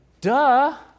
duh